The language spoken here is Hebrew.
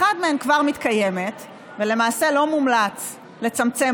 אחת מהן כבר מתקיימת ולמעשה לא מומלץ לצמצם